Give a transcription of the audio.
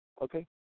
Okay